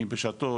אני בשעתו,